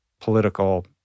political